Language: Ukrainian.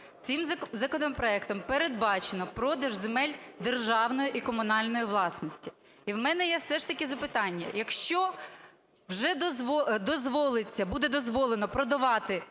Цим законопроектом передбачено продаж земель державної і комунальної власності. І в мене є все ж таки запитання: якщо вже буде дозволено продавати землю,